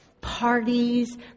parties